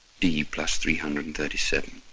d plus three hundred and thirty seven.